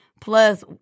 plus